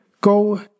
Go